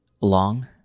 long